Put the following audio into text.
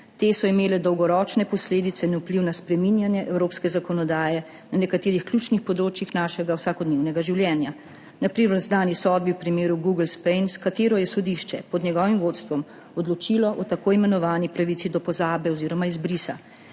Te so imele dolgoročne posledice in vpliv na spreminjanje evropske zakonodaje na nekaterih ključnih področjih našega vsakodnevnega življenja, na primer v znani sodbi v primeru Google Spain, s katero je sodišče pod njegovim vodstvom odločilo o tako imenovani pravici do pozabe oziroma izbrisa,